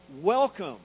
Welcome